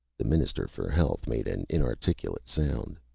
the minister for health made an inarticulate sound.